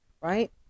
right